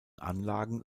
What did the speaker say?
anlagen